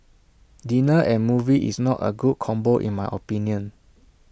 dinner and movie is not A good combo in my opinion